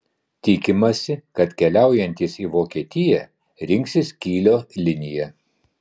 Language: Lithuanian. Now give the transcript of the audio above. tikimasi kad keliaujantys į vokietiją rinksis kylio liniją